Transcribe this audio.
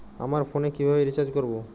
আমার ফোনে কিভাবে রিচার্জ করবো?